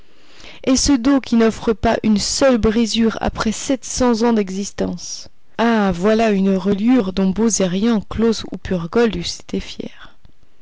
et ce dos qui n'offre pas une seule brisure après sept cents ans d'existence ah voilà une reliure dont bozerian closs ou purgold eussent été fiers